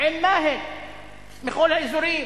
עין-מאהל וכל האזורים,